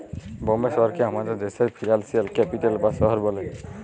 বম্বে শহরকে আমাদের দ্যাশের ফিল্যালসিয়াল ক্যাপিটাল বা শহর ব্যলে